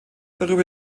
darüber